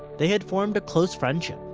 they had formed a close friendship.